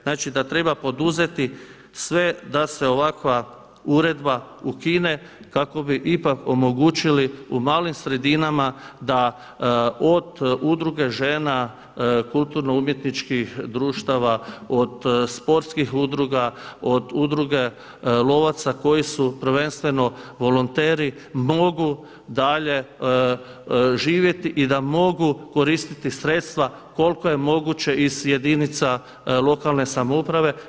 Znači da treba poduzeti sve da se ovakva uredba ukine kako bi ipak omogućili u malim sredinama da od Udruge žena kulturno-umjetničkih društava, od sportskih udruga, od Udruge lovaca koji su prvenstveno volonteri mogu dalje živjeti i da mogu koristiti sredstva koliko je moguće iz jedinica lokalne samouprave.